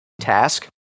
task